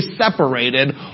separated